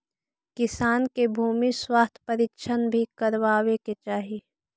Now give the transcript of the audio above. किसान के भूमि स्वास्थ्य परीक्षण भी करवावे के चाहि